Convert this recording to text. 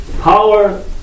Power